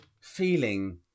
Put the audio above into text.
feeling